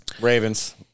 Ravens